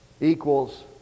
equals